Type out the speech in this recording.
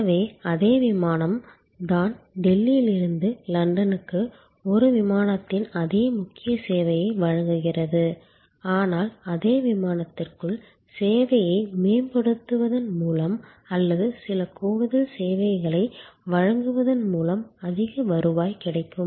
எனவே அதே விமானம் தான் டெல்லியில் இருந்து லண்டனுக்கு ஒரு விமானத்தின் அதே முக்கிய சேவையை வழங்குகிறது ஆனால் அதே விமானத்திற்குள் சேவையை மேம்படுத்துவதன் மூலம் அல்லது சில கூடுதல் சேவைகளை வழங்குவதன் மூலம் அதிக வருவாய் கிடைக்கும்